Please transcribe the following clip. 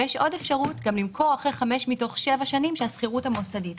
ויש עוד אפשרות למכור אחרי חמש מתוך שבע שנים השכירות המוסדית.